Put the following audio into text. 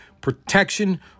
protection